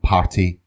Party